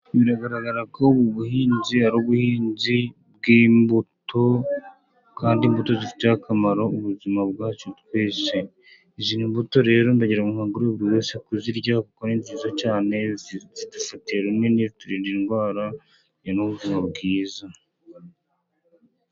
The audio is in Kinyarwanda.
Biragaragara ko ubu ubuhinzi ari ubuhinzi bw'imbuto, kandi imbuto zifitiye akamaro ubuzima bwacu twese. Izi mbuto rero, ndagira ngo nkangurire buri wese kuzirya kuko ni nziza cyane, zidufatiye runini ziturinda indwara tukagira n'ubuzima bwiza.